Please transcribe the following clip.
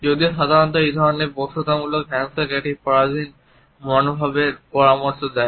যদিও সাধারণত এই ধরনের একটি বশ্যতামূলক হ্যান্ডশেক একটি পরাধীন মনোভাবের পরামর্শ দেয়